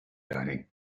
learning